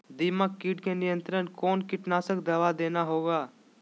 दीमक किट के नियंत्रण कौन कीटनाशक दवा देना होगा?